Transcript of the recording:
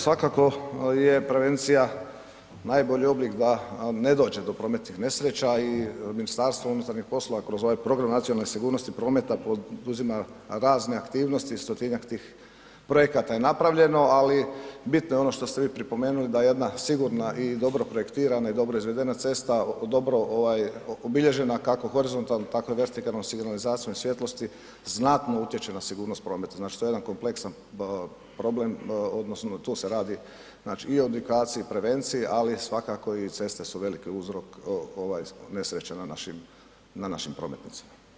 Svakako je prevencija najbolji oblik da ne dođe do prometnih nesreća i MUP kroz ovaj Program nacionalne sigurnosti prometa poduzima razne aktivnosti 100-njak tih projekata je napravljeno, ali bitno je ono što ste vi pripomenuli da jedna sigurna i dobro projektirana i dobro izvedena cesta, dobro obilježena, kako horizontalnom, tako i vertikalnom signalizacijom svjetlosti, znatno utječe na sigurnost prometa, dakle to je jedan kompleksan problem, odnosno tu se radi i o edukaciji i prevenciji, ali svakako i ceste su veliki uzrok nesreća na našim prometnicama.